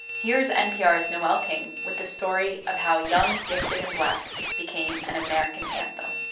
here's npr's noel king with the story of how young, gifted and black became an american anthem